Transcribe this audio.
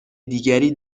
دیگری